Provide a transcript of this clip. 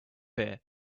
here